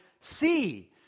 see